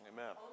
Amen